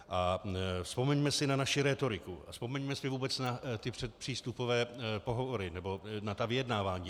A vzpomeňme si na naši rétoriku a vzpomeňme si vůbec na ty předpřístupové pohovory nebo na ta vyjednávání.